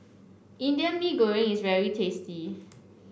Indian Mee Goreng is very tasty